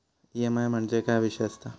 EMI म्हणजे काय विषय आसता?